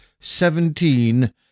seventeen